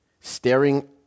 staring